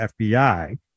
FBI